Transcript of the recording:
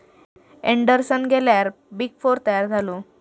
Anderson गेल्यार big four तयार झालो